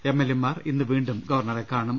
എംഎൽഎമാർ ഇന്ന് വീണ്ടും ഗവർണറെ കാണും